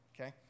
okay